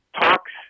talks